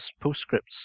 Postscripts